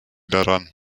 daran